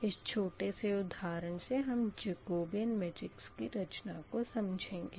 इस छोटे से उदाहरण से हम जकोबीयन मेट्रिक्स की रचना को समझेंगे